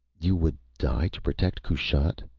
you would die, to protect kushat?